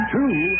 Two